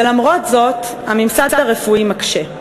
ולמרות זאת, הממסד הרפואי מקשה.